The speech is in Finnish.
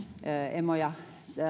emoja